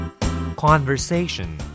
Conversation